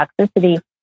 toxicity